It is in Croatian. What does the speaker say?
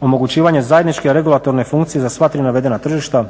omogućivanje zajedničke regulatorne funkcije za sva tri navedena tržišta,